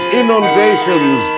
inundations